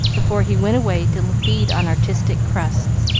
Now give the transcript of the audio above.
before he went away to feed on artistic crusts.